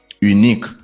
unique